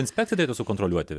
inspekcija turėtų sukontroliuoti